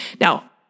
Now